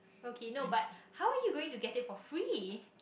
okay no but how you're going to get it for free